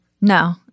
No